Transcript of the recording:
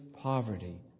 poverty